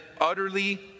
utterly